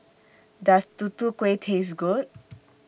Does Tutu Kueh Taste Good